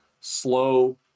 slow